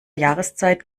jahreszeit